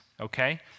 okay